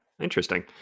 interesting